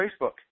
Facebook